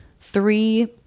three